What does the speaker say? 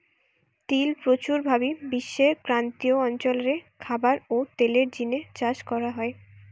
তিল প্রচুর ভাবি বিশ্বের ক্রান্তীয় অঞ্চল রে খাবার ও তেলের জিনে চাষ করা হয়